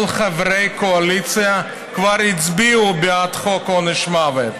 כל חברי הקואליציה, כבר הצביעו בעד חוק עונש מוות.